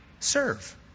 Serve